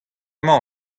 mañ